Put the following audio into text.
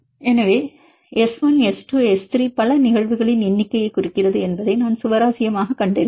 எனவே S 1 S 2 S 3 பல நிகழ்வுகளின் எண்ணிக்கையைக் குறிக்கிறது என்பதை நான் சுவாரஸ்யமாகக் கண்டறிந்தேன்